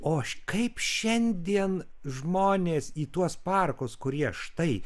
o kaip šiandien žmonės į tuos parkus kurie štai